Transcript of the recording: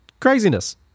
Craziness